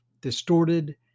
distorted